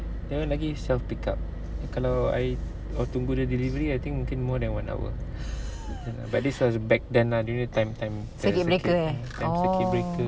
that one lagi self pick up kalau I tunggu dia delivery I think mungkin more than one hour but this was back then lah during the time time circuit circuit breaker